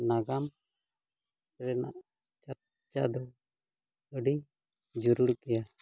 ᱱᱟᱜᱟᱢ ᱨᱮᱱᱟᱜ ᱪᱟᱨᱪᱟ ᱫᱚ ᱟᱹᱰᱤ ᱡᱚᱨᱩᱲ ᱜᱮᱭᱟ